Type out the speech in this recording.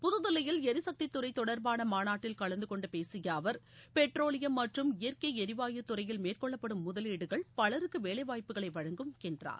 புதுதில்லியில் எரிசக்தித்துறை தொட்டாபான மாநாட்டில் கலந்து கொண்டு பேசிய அவா் பெட்ரோலியம் மற்றும் இயற்கை எரிவாயு துறையில் மேற்கொள்ளப்படும் முதலீடுகள் பலருக்கு வேலைவாய்ப்புகளை வழங்கும் என்றார்